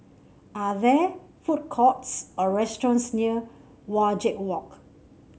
are there food courts or restaurants near Wajek Walk